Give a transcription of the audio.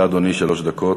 בבקשה, אדוני, שלוש דקות.